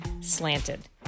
Slanted